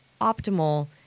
optimal